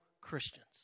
Christians